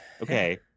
Okay